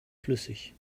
flüssig